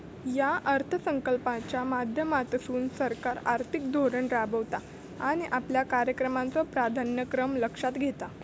या अर्थसंकल्पाच्या माध्यमातसून सरकार आर्थिक धोरण राबवता आणि आपल्या कार्यक्रमाचो प्राधान्यक्रम लक्षात घेता